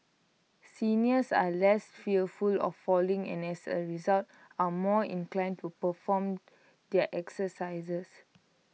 seniors are less fearful of falling and as A result are more inclined to perform their exercises